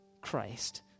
Christ